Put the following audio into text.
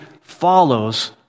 follows